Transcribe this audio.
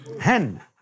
hen